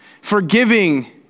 forgiving